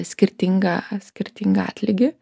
skirtingą skirtingą atlygį